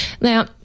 Now